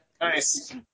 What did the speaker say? Nice